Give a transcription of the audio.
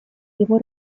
его